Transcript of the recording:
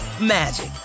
magic